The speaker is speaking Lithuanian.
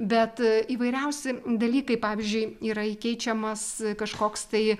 bet įvairiausi dalykai pavyzdžiui yra įkeičiamas kažkoks tai